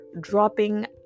dropping